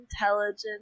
intelligent